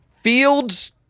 Fields